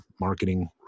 marketing